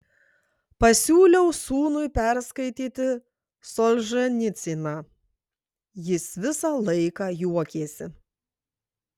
pasiūliau sūnui perskaityti solženicyną jis visą laiką juokėsi